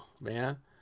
man